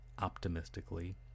optimistically